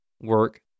work